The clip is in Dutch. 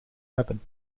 hebben